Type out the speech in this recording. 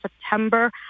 September